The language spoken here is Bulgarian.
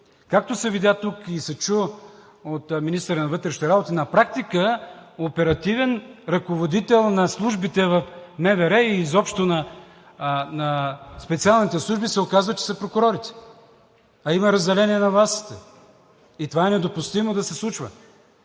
Както се видя тук и се чу от министъра на вътрешните работи, на практика оперативен ръководител на службите в МВР и изобщо на специалните служби се оказа, че са прокурорите. А има разделение на властите! Това е недопустимо да се случва!